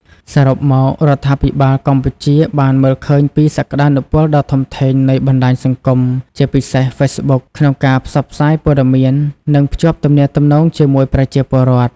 សរុបមក រដ្ឋាភិបាលកម្ពុជាបានមើលឃើញពីសក្តានុពលដ៏ធំធេងនៃបណ្ដាញសង្គម ជាពិសេស Facebook ក្នុងការផ្សព្វផ្សាយព័ត៌មាន និងភ្ជាប់ទំនាក់ទំនងជាមួយប្រជាពលរដ្ឋ។